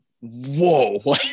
Whoa